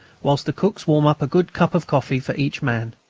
whilst the cooks warm up a good cup of coffee for each man.